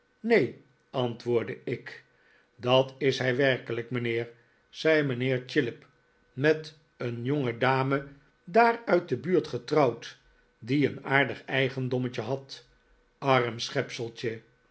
neen antwoordde ik dat is hij werkelijk mijnheer zei mijnheer chillip met een jongedame daar uit de buurt getrouwd die een aardig eigendommetje had arm